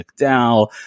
McDowell